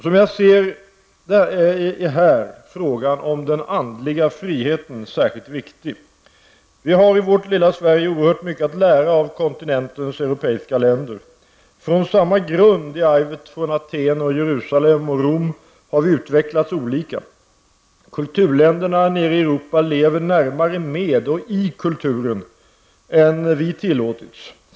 Som jag ser det är frågan om den andliga friheten särskilt viktig. Vi har i vårt lilla Sverige oerhört mycket att lära av kontinentens europeiska länder. Från samma grund i arvet från Aten, Jerusalem och Rom har vi utvecklats olika. Kulturländerna nere i Europa lever närmare med och i kulturen än vi tillåtits göra.